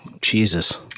Jesus